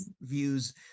views